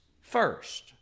first